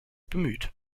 bemüht